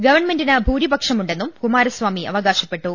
ഗവൺമെന്റിന് ഭൂരിപക്ഷം ഉണ്ടെന്നും കുമാര സ്വാമി അവകാശപ്പെട്ടു